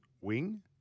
wing